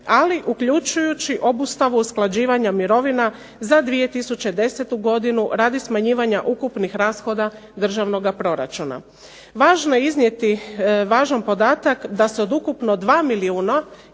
ali uključujući obustavu usklađivanja mirovina za 2010. godinu radi smanjivanja ukupnih rashoda dražvnoga proračuna. Važano je iznijeti važan podatak da se od ukupno 2 milijuna